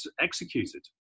executed